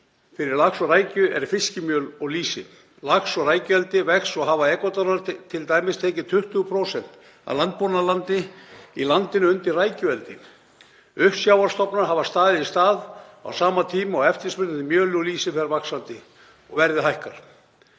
fyrir lax og rækju, er fiskimjöl og lýsi. Lax- og rækjueldi vex og hafa Ekvadorar t.d. tekið 20% af landbúnaðarlandi í landinu undir rækjueldi. Uppsjávarstofnar hafa staðið í stað á sama tíma og eftirspurn eftir mjöli og lýsi fer vaxandi og verðið hækkar.